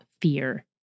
fear